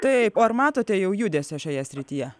taip o ar matote jau judesio šioje srityje